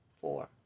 four